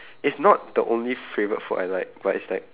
it's not the only favourite food I like but it's like